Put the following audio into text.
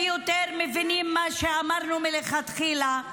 יותר ויותר מבינים מה שאמרנו מלכתחילה,